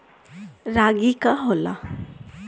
रागी का होला?